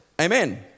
Amen